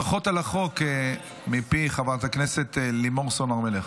אני קובע כי הצעת חוק מגבלות על חזרתו של מורשע במעשה